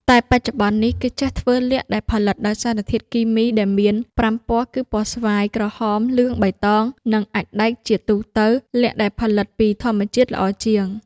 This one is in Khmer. តែបច្ចុប្បន្ននេះ គេចេះធ្វើល័ខ ដែលផលិតដោយសារធាតុគីមីដែលមាន ៥ ពណ៌គី ពណ៌ស្វាយ ក្រហម លឿង បៃតង និងអាចម៍ដែក ជាទូទៅ ល័ខដែលផលិតពីធម្មជាតិល្អជាង ។